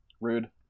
Rude